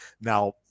now